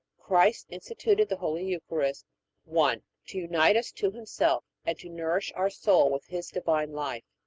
christ instituted the holy eucharist one. to unite us to himself and to nourish our soul with his divine life.